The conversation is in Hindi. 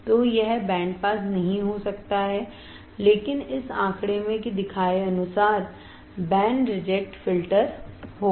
तो यह बैंड पास नहीं हो सकता है लेकिन इस आंकड़े में दिखाए अनुसार बैंड रिजेक्ट फ़िल्टर होगा